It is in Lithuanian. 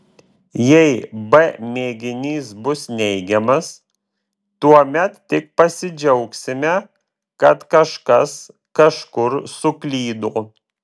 jei b mėginys bus neigiamas tuomet tik pasidžiaugsime kad kažkas kažkur suklydo